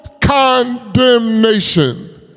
condemnation